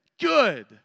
good